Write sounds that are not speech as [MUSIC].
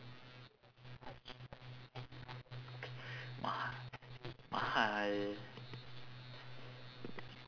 [NOISE] maha~ mahal